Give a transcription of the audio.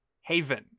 Haven